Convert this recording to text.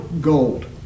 gold